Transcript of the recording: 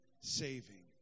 saving